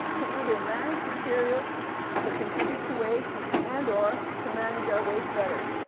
to either manage materials that contribute to waste and or, to manage our waste better.